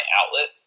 outlet